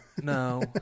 no